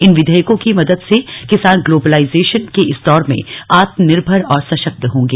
इन विधेयकों की मदद से किसान ग्लोबलाइजेशन के इस दौर में आत्मनिर्भर और सशक्त होगें